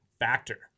Factor